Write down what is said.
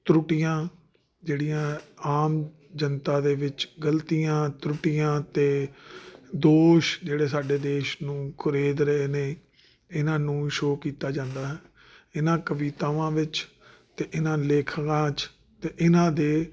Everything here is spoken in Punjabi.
ਤਰੁੱਟੀਆਂ ਜਿਹੜੀਆਂ ਆਮ ਜਨਤਾ ਦੇ ਵਿੱਚ ਗਲਤੀਆਂ ਤਰੁੱਟੀਆਂ ਅਤੇ ਦੋਸ਼ ਜਿਹੜੇ ਸਾਡੇ ਦੇਸ਼ ਨੂੰ ਕੁਰੇਦ ਰਹੇ ਨੇ ਇਹਨਾਂ ਨੂੰ ਸ਼ੋ ਕੀਤਾ ਜਾਂਦਾ ਹੈ ਇਹਨਾਂ ਕਵਿਤਾਵਾਂ ਵਿੱਚ ਅਤੇ ਇਹਨਾਂ ਲੇਖਕਾਂ 'ਚ ਅਤੇ ਇਹਨਾਂ ਦੇ